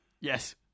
Yes